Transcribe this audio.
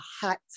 hot